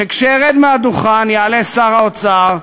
שכשארד מהדוכן יעלה שר האוצר,